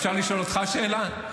אפשר לשאול אותך שאלה?